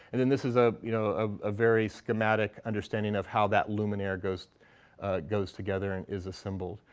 and then this is a you know ah ah very schematic understanding of how that luminaire goes goes together and is assembled.